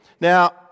Now